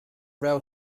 rail